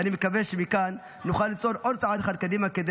ואני מקווה שמכאן נוכל לצעוד עוד צעד אחד קדימה כדי